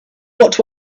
what